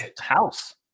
house